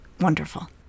Wonderful